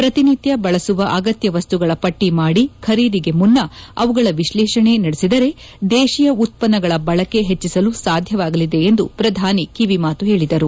ಪ್ರತಿ ನಿತ್ಯ ಬಳಸುವ ಅಗತ್ಯ ವಸ್ತುಗಳ ಪಟ್ಟಿ ಮಾದಿ ಖರೀದಿಗೆ ಮುನ್ನ ಅವುಗಳ ವಿಶ್ಲೇಷಣೆ ನಡೆಸಿದರೆ ದೇಶೀಯ ಉತ್ವನ್ನಗಳ ಬಳಕೆ ಹೆಚ್ಚಿಸಲು ಸಾಧ್ಯವಾಗಲಿದೆ ಎಂದು ಪ್ರಧಾನಿ ಕಿವಿಮಾತು ಹೇಳಿದರು